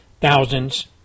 thousands